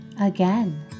Again